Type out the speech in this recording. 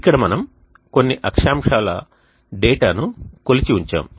ఇక్కడ మనము కొన్ని అక్షాంశాల డేటాను కొలిచి ఉంచాము